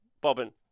bobbin